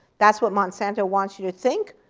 that's what monsanto wants you to think.